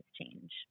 change